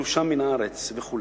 "למצדד בגירושם מהארץ וכו'.